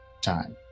time